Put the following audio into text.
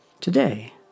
Today